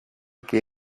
que